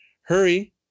Hurry